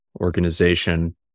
organization